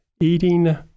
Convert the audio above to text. eating